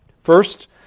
First